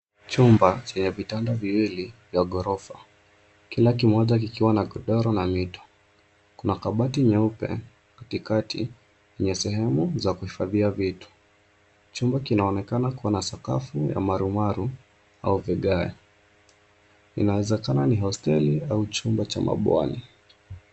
Chumba chenye vtanda viwili vya ghorofa. Kila kimoja kikiwa na godoro na mito. Kuna kabati nyeupe katikati yenye sehemu za kuhifadhia vitu. Chumba kinaonekana kuwa na sakafu ya kimarumaru au vigae. Inawezekana ni hosteli au chumba cha mabwani.